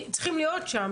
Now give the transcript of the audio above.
צריך להיות שם.